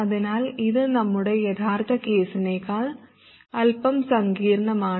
അതിനാൽ ഇത് നമ്മുടെ യഥാർത്ഥ കേസിനേക്കാൾ അല്പം സങ്കീർണ്ണമാണ്